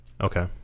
Okay